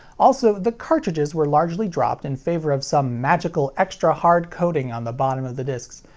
also, the cartridges were largely dropped in favor of some magical extra hard coating on the bottom of the discs,